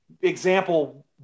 example